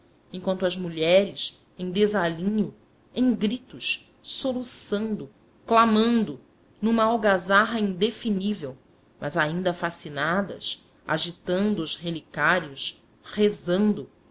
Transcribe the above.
enquanto as mulheres em desalinho em gritos soluçando clamando numa algazarra indefinível mas ainda fascinadas agitando os relicários rezando